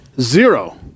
zero